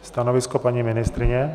Stanovisko paní ministryně.